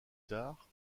tard